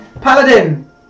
Paladin